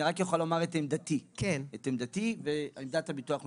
אני רק יכול לומר את עמדתי ואת עמדת הביטוח הלאומי,